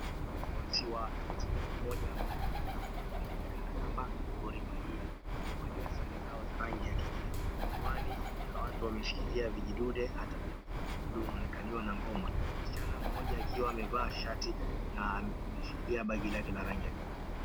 Wafuasi wa timu moja tajika inayojulikana kama Gor Mahia. Waliovalia sare zao za rangi ya kijani, miwani na watu wameshikilia vijidude hata mfuko wa blue unaonekaniwa na ngoma. Msichana mmoja akiwa amevaa shati na ameshikilia begi lake la rangi green .